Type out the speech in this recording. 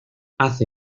hace